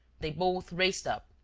they both raced up,